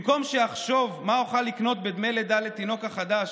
במקום שאחשוב מה אוכל לקנות בדמי לידה לתינוק החדש,